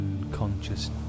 unconscious